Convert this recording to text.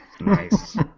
Nice